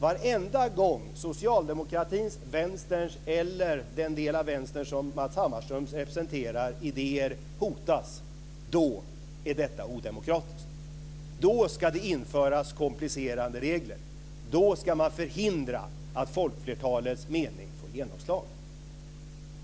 Varenda gång som idéerna från socialdemokratin, vänstern eller den del av vänstern som Matz Hammarström representerar hotas då är detta odemokratiskt. Då ska det införas komplicerande regler. Då ska man förhindra att folkflertalets mening får genomslag.